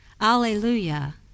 Alleluia